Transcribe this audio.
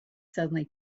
suddenly